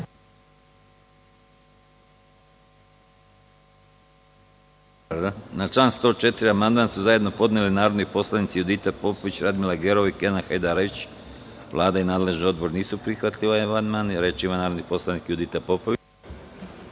Na član 104. amandman su zajedno podneli narodni poslanici Judita Popović, Radmila Gerov i Kenan Hajdarević. Vlada i nadležni odbor nisu prihvatili ovaj amandman. Reč ima narodni poslanik Judita Popović.